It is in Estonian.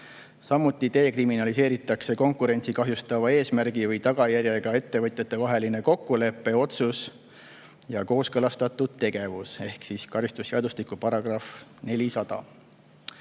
Samuti dekriminaliseeritakse konkurentsi kahjustava eesmärgi või tagajärjega ettevõtjatevaheline kokkulepe, otsus ja kooskõlastatud tegevus (karistusseadustiku § 400).